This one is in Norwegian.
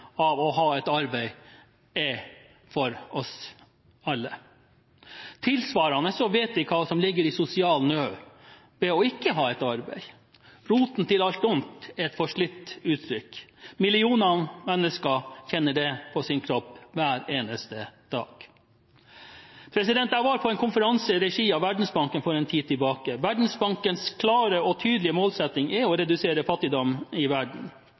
av å ha et arbeid er for oss alle. Tilsvarende vet vi hva som ligger i sosial nød, det å ikke ha et arbeid. «Lediggang er roten til alt ondt» er et forslitt uttrykk. Millioner av mennesker kjenner det på sin kropp hver eneste dag. Jeg var på en konferanse i regi av Verdensbanken for en tid tilbake. Verdensbankens klare og tydelige målsetting er å redusere fattigdom i verden.